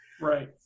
Right